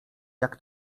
jak